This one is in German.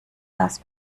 das